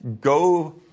go